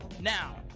Now